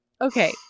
okay